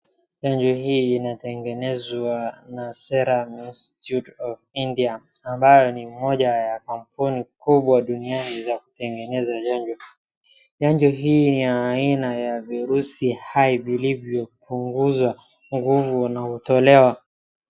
Chanjo hii inatengenezwa na Serum Institute of India ambayo ni moja ya kampuni kubwa duniani za kutengeneza chanjo. Chanjo hii ni ya aina ya virusi hai vilivyopunguza nguvu na hutolewa.